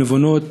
הנבונות,